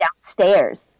downstairs